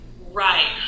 Right